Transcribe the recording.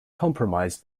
compromised